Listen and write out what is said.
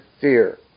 fear